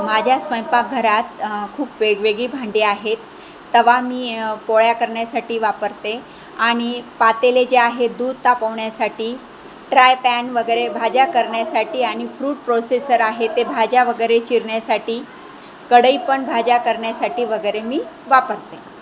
माझ्या स्वयंपाकघरात खूप वेगवेगळी भांडी आहेत तवा मी पोळ्या करण्यासाठी वापरते आणि पातेले जे आहेत दूध तापवण्यासाठी ट्राय पॅन वगैरे भाज्या करण्यासाठी आणि फ्रूट प्रोसेसर आहे ते भाज्या वगैरे चिरण्यासाठी कढईपण भाज्या करण्यासाठी वगैरे मी वापरते